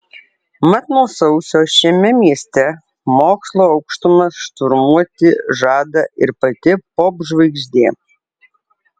mat nuo sausio šiame mieste mokslo aukštumas šturmuoti žada ir pati popžvaigždė